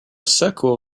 circle